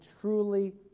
truly